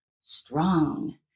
strong